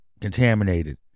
Contaminated